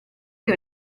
che